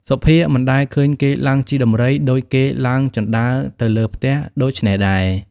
សុភាមិនដែលឃើញគេឡើងជិះដំរី ដូចគេឡើងជណ្តើរទៅលើផ្ទះ ដូច្នេះទេ ។